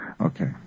Okay